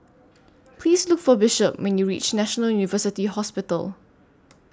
Please Look For Bishop when YOU REACH National University Hospital